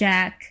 Jack